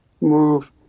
move